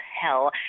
hell